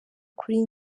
kuri